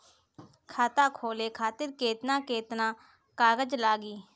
खाता खोले खातिर केतना केतना कागज लागी?